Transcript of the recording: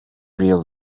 real